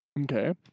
okay